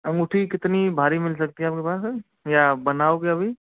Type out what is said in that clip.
अंगूठी कितनी भारी मिल सकती है आप के पास या बनाओगे अभी